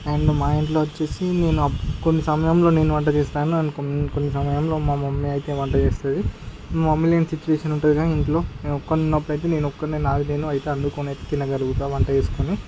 and మా ఇంట్లో వచ్చేసి నేను కొన్ని సమయంలో నేను వంట చేస్తాను కొన్ని కొన్ని సమయంలో మా మమ్మీ అయితే వంట చేస్తుంది మా మమ్మీ లేని సిచువేషన్ ఉంటుంది కదా ఇంట్లో నేను ఒక్కడే ఉన్నప్పుడైతే నేను ఒక్కడినే నాకు నేను అయితే వండుకొని అయితే తినగలుగుతాను వంట చేసుకొని